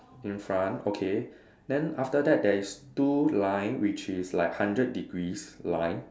in front okay then after that there is two line which is like hundred degrees line